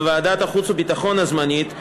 בוועדת החוץ והביטחון הזמנית,